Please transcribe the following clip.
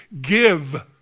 give